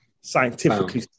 scientifically